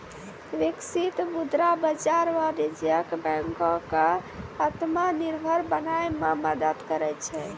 बिकसित मुद्रा बाजार वाणिज्यक बैंको क आत्मनिर्भर बनाय म मदद करै छै